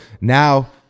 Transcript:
now